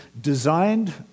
designed